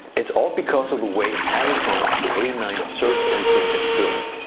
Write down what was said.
it's all because of the way amazon's a nine search engine is built.